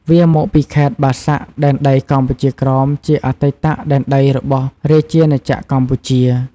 វាមកពីខេត្ដបាសាក់ដែនដីកម្ពុជាក្រោម ជាអតីតដែនដីរបស់រាជាណាចក្រកម្ពុជា។